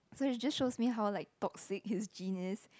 so you just shows me how like toxic his genius